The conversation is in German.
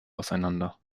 auseinander